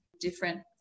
different